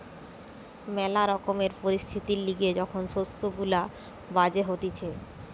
ম্যালা রকমকার পরিস্থিতির লিগে যখন শস্য গুলা বাজে হতিছে